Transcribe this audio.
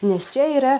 nes čia yra